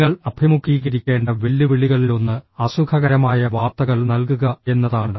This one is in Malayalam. നിങ്ങൾ അഭിമുഖീകരിക്കേണ്ട വെല്ലുവിളികളിലൊന്ന് അസുഖകരമായ വാർത്തകൾ നൽകുക എന്നതാണ്